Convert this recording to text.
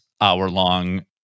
hour-long